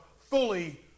fully